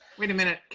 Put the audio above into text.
wait a minute,